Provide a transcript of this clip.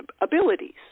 abilities